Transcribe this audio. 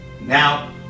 Now